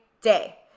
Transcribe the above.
day